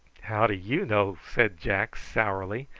how do you know? said jack sourly.